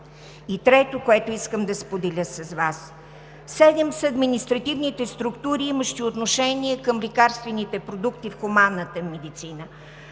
Трето, което искам да споделя с Вас, седем са административните структури, имащи отношение към лекарствените продукти в хуманната медицина.